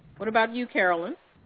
what about you, carolyn?